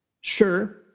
Sure